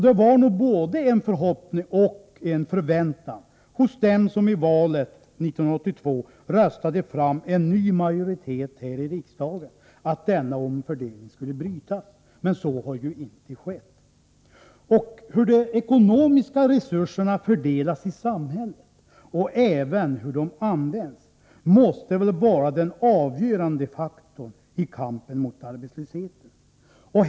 De som i valet 1982 röstade fram en ny majoritet i riksdagen förväntade sig att denna omfördelning skulle brytas. Men så har inte skett. Fördelningen och användningen av de ekonomiska resurserna i samhället måste vara den avgörande faktorn i kampen mot arbetslösheten.